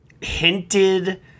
hinted